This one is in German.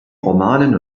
romanen